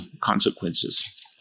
consequences